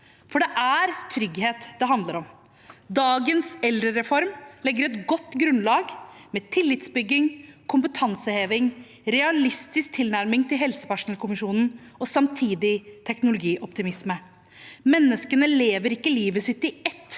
For det er trygghet det handler om. Dagens eldrereform legger et godt grunnlag med tillitsbygging, kompetanseheving, realistisk tilnærming til helsepersonellkommisjonen og samtidig teknologioptimisme. Menneskene lever ikke livet sitt i ett